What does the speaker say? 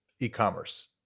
e-commerce